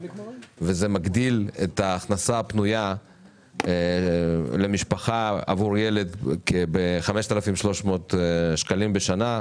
וזה מגדיל את ההכנסה הפנויה למשפחה עבור ילד בכ-5,300 שקלים בשנה,